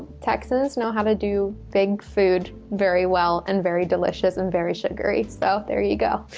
texans know how to do big food very well and very delicious and very sugary, so there you go.